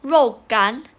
肉干